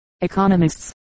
economists